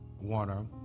Warner